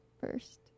first